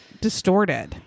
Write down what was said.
distorted